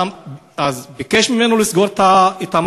אז הוא ביקש ממנו לסגור את המצלמה,